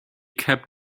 kept